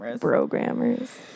Programmers